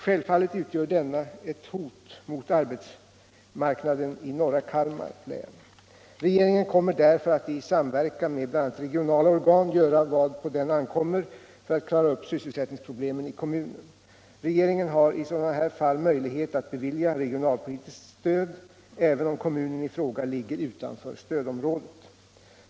Självfallet utgör denna ett hot mot arbetsmarknaden i norra Kalmar län. Regeringen kommer därför att i samverkan med bl.a. regionala organ göra vad på den ankommer för att klara upp sysselsättningsproblemen i kommunen. Regeringen har i sådana här fall möjlighet att bevilja regionalpolitiskt stöd även om kommunen i fråga ligger utanför stödområdet.